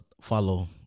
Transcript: follow